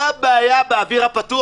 מה הבעיה באוויר הפתוח?